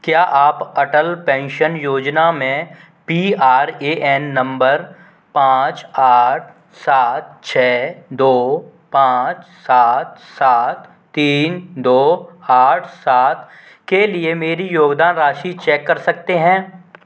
क्या आप अटल पेंशन योजना में P R A N number पाँच आठ सात छः दो पाँच सात सात तीन दो आठ सात के लिए मेरी योगदान राशि चेक कर सकते हैं